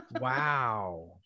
wow